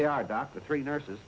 they are dr three nurses